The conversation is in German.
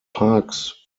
parks